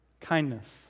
Kindness